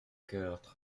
courte